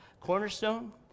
Cornerstone